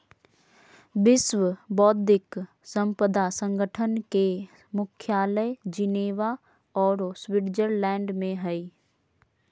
विश्व बौद्धिक संपदा संगठन के मुख्यालय जिनेवा औरो स्विटजरलैंड में हइ